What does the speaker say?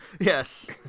Yes